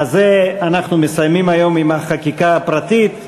בזה אנחנו מסיימים היום את החקיקה הפרטית.